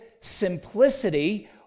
simplicity